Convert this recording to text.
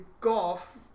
golf